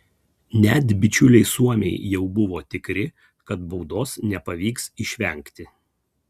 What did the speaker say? net bičiuliai suomiai jau buvo tikri kad baudos nepavyks išvengti